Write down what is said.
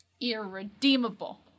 Irredeemable